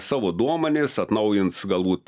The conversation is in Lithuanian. savo duomenis atnaujins galbūt